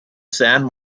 san